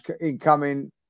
incoming